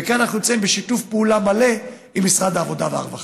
וכאן אנחנו בשיתוף פעולה מלא עם משרד העבודה והרווחה.